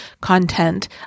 content